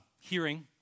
hearing